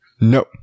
No